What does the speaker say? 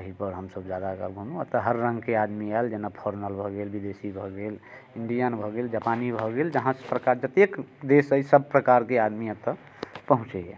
एहि पर हमसब जादा एतऽ हर रङ्गके आदमी आएल जेना फोर्नर भऽ गेल विदेशी भऽ गेल इण्डियन भऽ गेल जापानी भऽ गेल हर प्रकार जतेक देश यऽ सब प्रकारके आदमी एतऽ पहुंँचैया